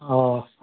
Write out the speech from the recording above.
অঁ